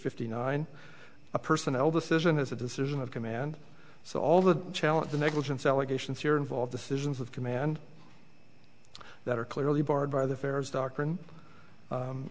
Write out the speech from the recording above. fifty nine a personnel decision is a decision of command so all the challenge the negligence allegations here involve decisions of command that are clearly barred by the fair's doctrine